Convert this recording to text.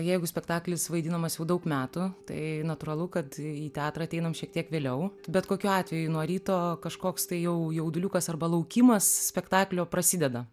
jeigu spektaklis vaidinamas jau daug metų tai natūralu kad į teatrą ateinam šiek tiek vėliau bet kokiu atveju nuo ryto kažkoks tai jau jauduliukas arba laukimas spektaklio prasideda